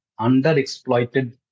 underexploited